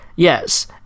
Yes